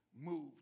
move